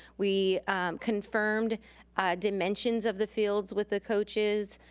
we confirmed dimensions of the fields with the coaches.